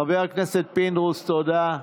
חבר הכנסת פינדרוס, תודה.